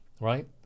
Right